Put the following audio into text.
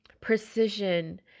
precision